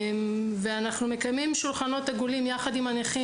אנחנו מקיימים שולחנות עגולים יחד עם הנכים